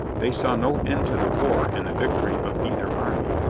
they saw no end to the war in the victory of either army,